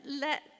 let